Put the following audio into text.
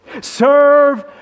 Serve